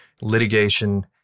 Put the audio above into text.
litigation